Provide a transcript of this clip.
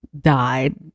died